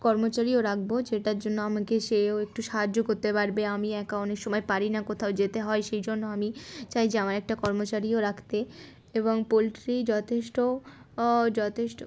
কর্মচারীও রাখব যেটার জন্য আমাকে সেও একটু সাহায্য করতে পারবে আমি একা অনেক সময় পারি না কোথাও যেতে হয় সেই জন্য আমি চাই যে আমার একটা কর্মচারীও রাখতে এবং পোলট্রি যথেষ্ট যথেষ্ট